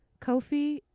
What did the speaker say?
Kofi